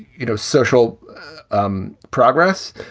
you know, social um progress.